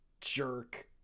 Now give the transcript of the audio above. jerk